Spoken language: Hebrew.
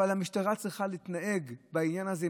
אבל המשטרה צריכה להתנהג בעניין הזה.